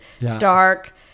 dark